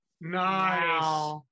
nice